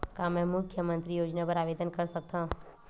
का मैं मुख्यमंतरी योजना बर आवेदन कर सकथव?